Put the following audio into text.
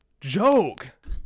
joke